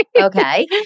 Okay